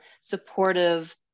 supportive